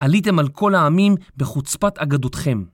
עליתם על כל העמים בחוצפת אגדותכם.